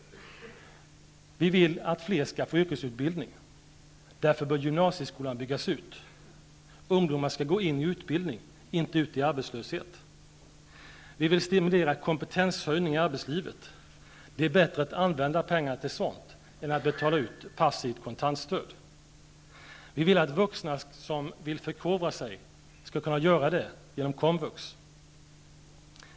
Vi vill att fler skall få yrkesutbildning. Därför bör gymnasieskolan byggas ut. Ungdomar skall gå in i utbildning, inte ut i arbetslöshet. Vi vill stimulera kompetenshöjning i arbetslivet. Det är bättre att använda pengar till sådant än till att betala ut passivt kontantstöd. Vi vill att vuxna som vill förkovra sig skall kunna göra det genom komvux.